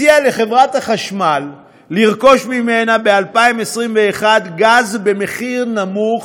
הציעה לחברת החשמל לרכוש ממנה ב-2021 גז במחיר נמוך,